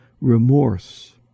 remorse